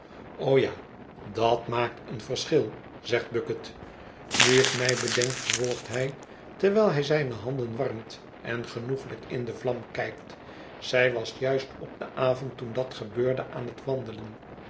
o ja dat maakt een verschil zegt bucket nu ik mij bedenk vervolgt hij terwijl hij zijne handen warmt en genoeglijk in de vlam kijkt zij was juist op den avond toen dat gebeurde aan het wandelen